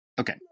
Okay